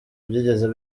byigeze